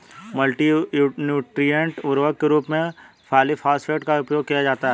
multi nutrient उर्वरक के रूप में पॉलिफॉस्फेट का उपयोग किया जाता है